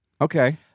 okay